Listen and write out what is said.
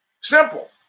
Simple